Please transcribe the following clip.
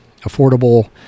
affordable